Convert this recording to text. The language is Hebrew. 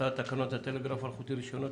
הצעת תקנות הטלגרף האלחוטי (רישיונות,